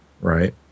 right